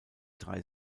drei